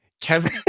Kevin